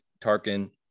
Tarkin